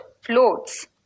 floats